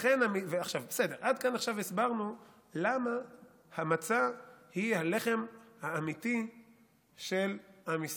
עד כאן הסברנו עכשיו למה המצה היא הלחם האמיתי של עם ישראל.